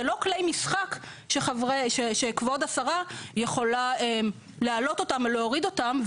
זה לא כלי משחק שכבוד השרה יכולה להעלות אותם או להוריד אותם,